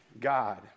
God